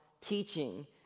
teaching